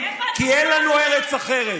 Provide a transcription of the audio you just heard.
כי אין לנו ארץ אחרת.